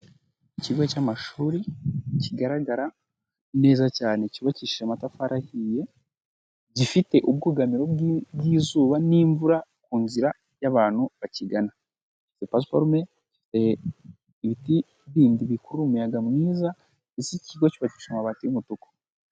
Ikigo cy'amashuri kigaragara neza cyane, cyubakishije amatafari ahiye, gifite ubwugamiro bw'izuba n'imvura, ku nzira y'abantu bakigana, gifite pasiparume, ibiti bindi bikurura umuyaga mwiza, mbese iki kigo cyubakishije amababiti y'umutuku.